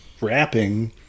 rapping